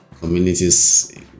communities